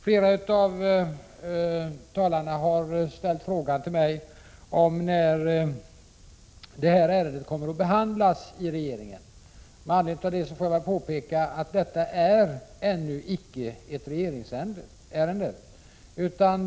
Flera av talarna har ställt frågor till mig om när detta ärende kommer att behandlas i regeringen. Med anledning av detta får jag påpeka att detta ännu inte är något regeringsärende.